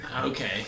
Okay